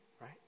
right